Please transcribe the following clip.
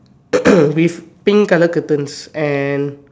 with pink colour curtains and